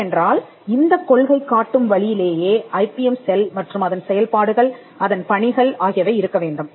ஏனென்றால் இந்தக் கொள்கை காட்டும் வழியிலேயே ஐபிஎம் செல் மற்றும் அதன் செயல்பாடுகள் அதன் பணிகள் ஆகியவை இருக்க வேண்டும்